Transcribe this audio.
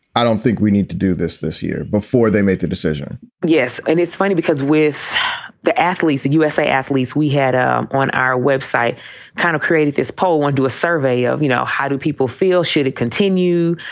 i don't think we need to do this this year before they made the decision yes. and it's funny because with the athletes, the usa athletes we had ah on our website kind of created this poll, one to a survey of, you know, how do people feel, should it continue?